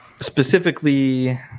Specifically